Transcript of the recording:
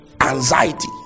anxiety